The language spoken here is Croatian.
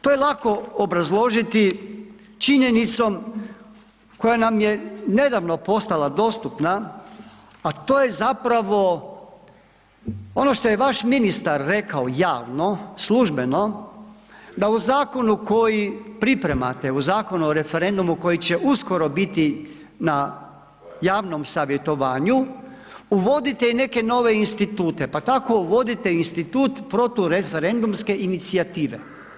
To je lako obrazložiti, činjenicom, koja nam je nedavno postala dostupna, a to je zapravo, ono što je vaš ministar rekao javno, službeno, da u zakonu koji pripremate, o Zakonu o referendumu, koji će uskoro biti na javnom savjetovanju, uvodite i neke nove institute, pa tako uvodite i institut protureferendumske inicijative.